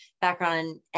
background